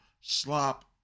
slop